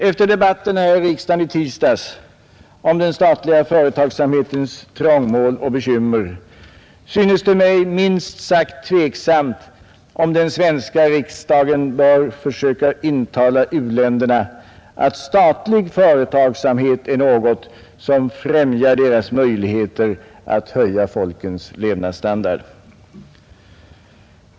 Efter debatten här i riksdagen i tisdags om den statliga företagsamhetens trångmål och bekymmer synes det mig minst sagt tveksamt om den svenska riksdagen bör försöka intala u-länderna att statlig företagsamhet är något som främjar deras möjligheter att höja folkens levnadsstandard.